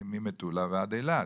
ממטולה ועד אילת.